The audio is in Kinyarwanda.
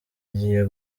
igiye